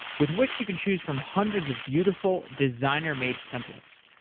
with wix, you can choose from hundreds of beautiful, designer-made templates.